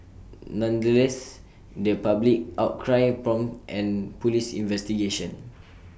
nonetheless the public outcry prompted an Police investigation